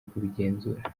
kubigenzura